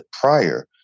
prior